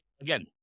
again